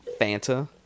Fanta